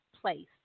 place